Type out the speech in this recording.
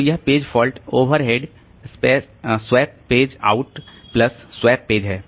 तो यह page fault overhead swap page out plus swap page है